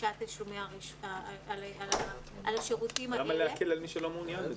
רכישת השירותים האלה --- למה להקל על מי שלא מעוניין בזה?